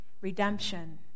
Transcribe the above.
redemption